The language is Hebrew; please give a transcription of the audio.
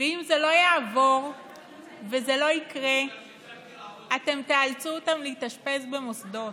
ואם זה לא יעבור וזה לא יקרה אתם תאלצו אותם להתאשפז במוסדות.